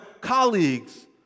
colleagues